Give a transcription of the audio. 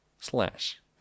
Slash